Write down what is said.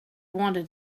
wanted